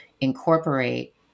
incorporate